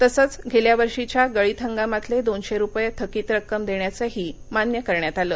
तसंच गेल्या वर्षीच्या गळीत हंगामातले दोनशे रुपये थकित रक्कम देण्याचंही मान्य करण्यात आलं